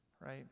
right